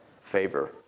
favor